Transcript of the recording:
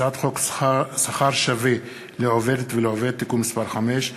הצעת חוק שכר שווה לעובדת ולעובד (תיקון מס' 5),